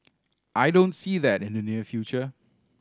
I don't see that in the near future